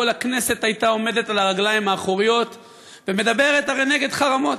כל הכנסת הייתה עומדת על הרגליים האחוריות ומדברת נגד חרמות.